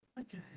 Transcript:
Okay